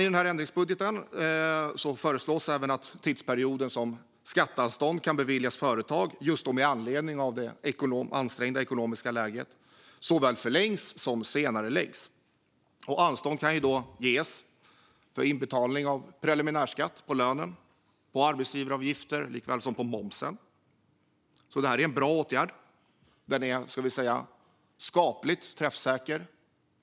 I ändringsbudgeten föreslås även att tidsperioden som skatteanstånd kan beviljas företag, just med anledning av det ansträngda ekonomiska läget, såväl förlängs som senareläggs. Anstånd kan då ges för inbetalning av preliminärskatt på lönen, arbetsgivaravgifter och momsen. Det är en bra åtgärd, och den är skapligt träffsäker.